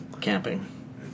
camping